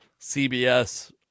CBS